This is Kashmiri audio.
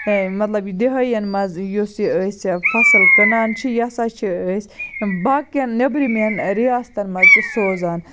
مَطلَب یہِ دِہٲیِیَن مَنٛز یُس یہِ أسۍ فصل کٕنان چھِ یہِ ہَسا چھِ أسۍ باقیَن نیٚبرِمٮ۪ن رِیاستَن مَنٛز تہِ سوزان